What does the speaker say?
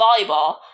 volleyball